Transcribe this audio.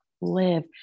live